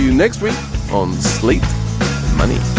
next week on slate money